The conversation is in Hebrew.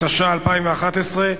התשע"א 2011,